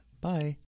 Bye